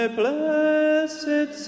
blessed